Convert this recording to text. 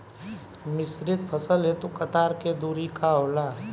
मिश्रित फसल हेतु कतार के दूरी का होला?